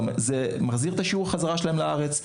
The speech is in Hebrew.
זה מחזיר את שיעור החזרה שלהם לארץ,